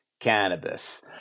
Cannabis